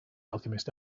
alchemist